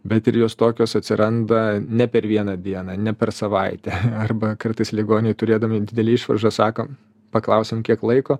bet ir jos tokios atsiranda ne per vieną dieną ne per savaitę arba kartais ligoniai turėdami didelę išvaržą sako paklausiam kiek laiko